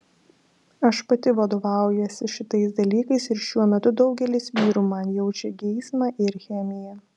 aš pati vadovaujuosi šitais dalykais ir šiuo metu daugelis vyrų man jaučia geismą ir chemiją